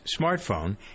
smartphone